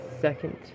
second